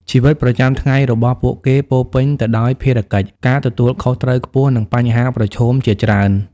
ជីវិតប្រចាំថ្ងៃរបស់ពួកគេពោរពេញទៅដោយភារកិច្ច ការទទួលខុសត្រូវខ្ពស់ និងបញ្ហាប្រឈមជាច្រើន។